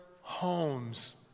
homes